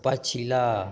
पछिला